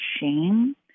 shame